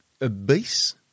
obese